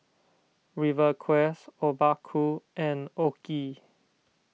Rivercrest Obaku and Oki